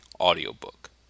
audiobook